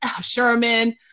sherman